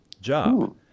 job